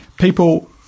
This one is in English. people